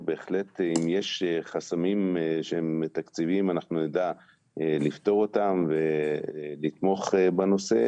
בהחלט אם יש חסמים שהם תקציביים אנחנו נדע לפתור אותם ולתמוך בנושא.